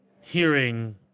hearing